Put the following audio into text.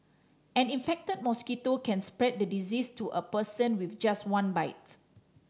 an infected mosquito can spread the disease to a person with just one bite